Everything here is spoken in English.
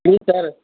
please sir